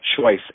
choice